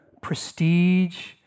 prestige